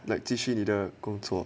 like 继续你的工作